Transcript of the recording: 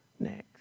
Next